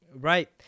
Right